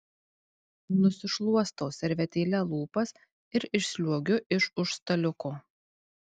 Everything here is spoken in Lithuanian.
nusišluostau servetėle lūpas ir išsliuogiu iš už staliuko